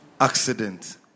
accident